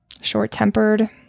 short-tempered